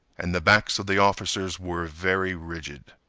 and the backs of the officers were very rigid.